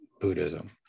buddhism